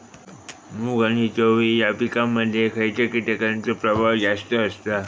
मूग आणि चवळी या पिकांमध्ये खैयच्या कीटकांचो प्रभाव जास्त असता?